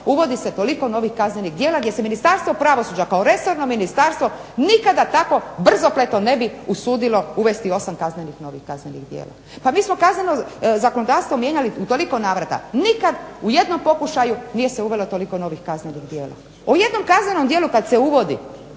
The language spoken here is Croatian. uvodi se toliko novih kaznenih djela gdje se ministarstvo pravosuđa kao resorno ministarstvo nikada tako brzopleto ne bi usudio uvesti osam novih kaznenih djela. Pa mi smo kazneno zakonodavstvo mijenjali u toliko navrata, nikad u jednom pokušaju nije se uvelo toliko novih kaznenih djela. O jednom kaznenom djelu kad se uvodi